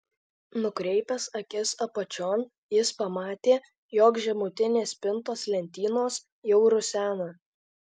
nukreipęs akis apačion jis pamatė jog žemutinės spintos lentynos jau rusena